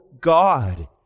God